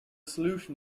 solution